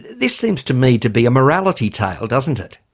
this seems to me to be a morality tale, doesn't it?